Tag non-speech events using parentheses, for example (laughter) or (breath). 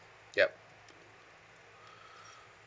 yup (breath)